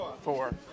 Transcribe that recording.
Four